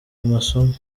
masomo